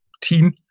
team